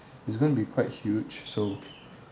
it's going to be quite huge so